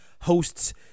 hosts